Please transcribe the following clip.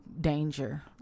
danger